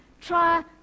try